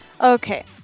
Okay